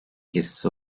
gezisi